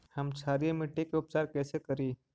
हम क्षारीय मिट्टी के उपचार कैसे करी?